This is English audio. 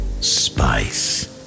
Spice